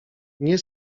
nie